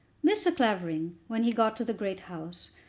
mr. clavering, when he got to the great house,